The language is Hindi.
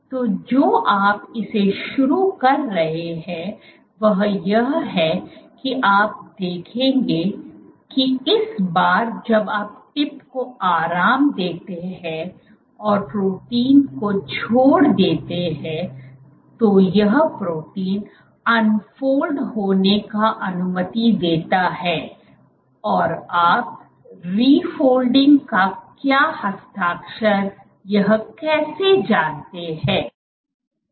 तो जो आप इसे शुरू कर रहे हैं वह यह है कि आप देखेंगे कि इस बार जब आप टिप को आराम देते हैं और प्रोटीन को छोड़ देता है तो यह प्रोटीन अनफोल्ड होने का अनुमति देता है और आप रिफोल्डिंग का क्या हस्ताक्षर यह कैसे जानते हैं